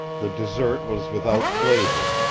the dessert was without flavor,